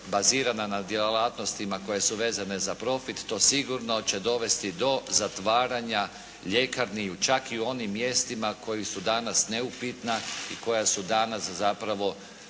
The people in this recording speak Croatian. bazirana na djelatnostima koje su vezane za profit to sigurno će dovesti do zatvaranja ljekarni čak i u onim mjestima koja su danas neupitna i koja su danas zapravo